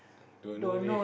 don't know leh